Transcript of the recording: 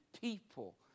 people